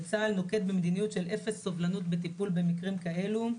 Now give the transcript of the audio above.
צה"ל נוקט במדיניות של אפס סובלנות בטיפול במקרים כאלה.